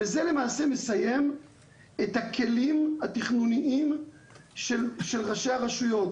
וזה למעשה מסיים את הכלים התכנוניים של ראשי הרשויות.